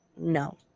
No